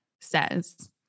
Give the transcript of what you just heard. says